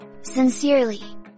Sincerely